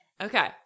Okay